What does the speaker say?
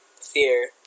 fear